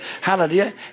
Hallelujah